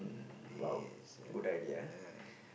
yes uh ah